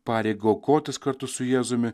pareigą aukotis kartu su jėzumi